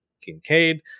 Kincaid